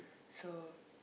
so